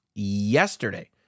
yesterday